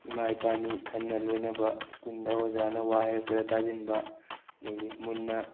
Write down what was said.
ꯏꯃꯥ ꯏꯄꯥꯅꯤ ꯈꯟꯅ ꯂꯣꯏꯅꯕ ꯁ꯭ꯀꯨꯜꯗ ꯑꯣꯖꯥꯅ ꯋꯥ ꯍꯥꯏꯔꯛꯄꯗ ꯇꯥꯁꯤꯟꯕ ꯑꯗꯨꯗꯒꯤ ꯃꯨꯟꯅ